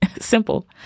Simple